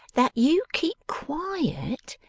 that you'd keep quiet,